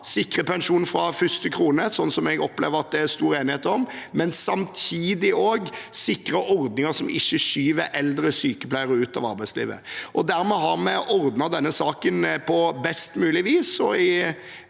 sikre pensjon fra første krone, som jeg opplever at det er stor enighet om, men samtidig også sikre ordninger som ikke skyver eldre sykepleiere ut av arbeidslivet. Dermed har vi ordnet denne saken på best mulig vis.